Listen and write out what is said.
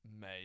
made